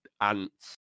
ants